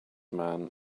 man